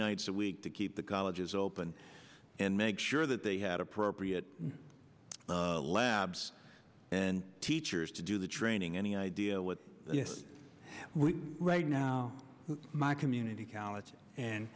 nights a week to keep the colleges open and make sure that they had appropriate labs and teachers to do the training any idea what we right now my community college and